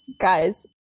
guys